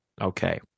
okay